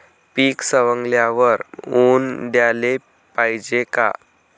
पीक सवंगल्यावर ऊन द्याले पायजे का?